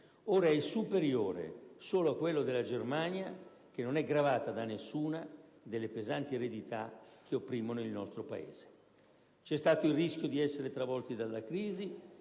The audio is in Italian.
Ora è superiore solo a quello della Germania, che non è gravata da nessuna delle pesanti eredità che opprimono il nostro Paese. C'è stato il rischio di essere travolti della crisi